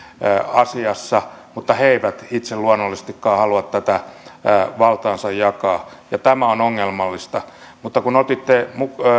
asiassa mutta nämä eivät itse luonnollisestikaan halua tätä valtaansa jakaa ja tämä on ongelmallista mutta kun otitte